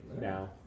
now